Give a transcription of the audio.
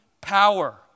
power